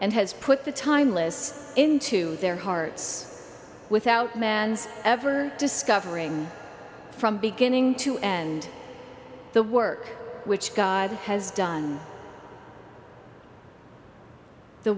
and has put the timeless into their hearts without man's ever discovering from beginning to end the work which god has done the